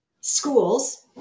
schools